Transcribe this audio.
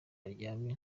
aryamye